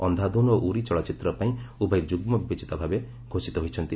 ଅନ୍ଧାଧୁନ୍ ଓ ଉରି ଚଳଚ୍ଚିତ୍ର ପାଇଁ ଉଭୟ ଯୁଗ୍ମ ବିଜେତା ଘୋଷିତ ହୋଇଛନ୍ତି